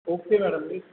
okay madam me